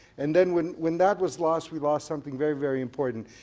and then when when that was lost we lost something very, very important.